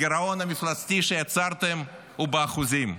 הגירעון המפלצתי שיצרתם הוא באחוזים,